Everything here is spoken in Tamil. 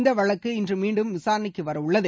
இந்த வழக்கு இன்று மீண்டும் விசாரணைக்கு வருகிறது